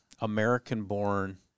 American-born